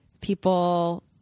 people